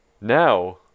now